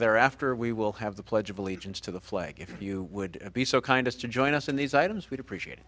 thereafter we will have the pledge of allegiance to the flag if you would be so kind as to join us in these items would appreciate